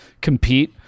compete